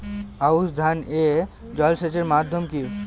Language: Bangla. আউশ ধান এ জলসেচের মাধ্যম কি?